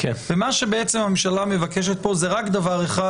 ומה שהממשלה מבקשת פה זה רק דבר אחד,